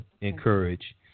encourage